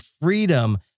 freedom